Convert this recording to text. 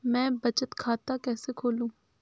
मैं बचत खाता कैसे खोलूँ?